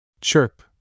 Chirp